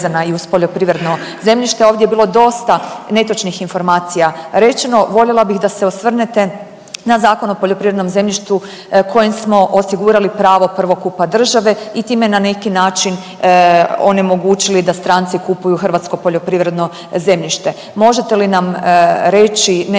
i uz poljoprivredno zemljište